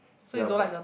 ya but